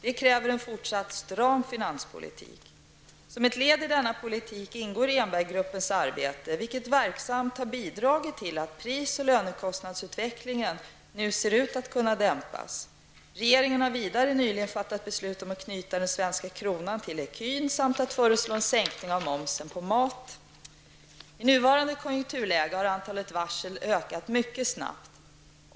Det kräver en fortsatt stram finanspolitik. Som ett led i denna politik ingår Rehnberggruppens arbete, vilket verksamt har bidragit till att pris och lönekostnadsutvecklingen nu ser ut att kunna dämpas. Regeringen har vidare nyligen fattat beslut om att knyta den svenska kronan till ecun samt att föreslå en sänkning av momsen på mat. I nuvarande konjunkturläge har antalet varsel ökat mycket snabbt.